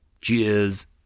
Cheers